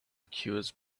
cures